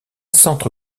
centre